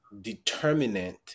determinant